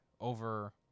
over